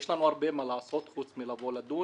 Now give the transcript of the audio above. יש לנו הרבה מה לעשות חוץ מלבוא לדון,